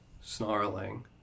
snarling